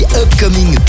upcoming